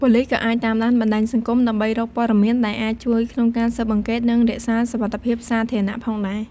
ប៉ូលិស ក៏អាច តាមដានបណ្ដាញសង្គម ដើម្បីរក ព័ត៌មាន ដែលអាច ជួយក្នុងការស៊ើបអង្កេត និង រក្សាសុវត្ថិភាពសាធារណៈ ផងដែរ។